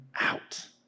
out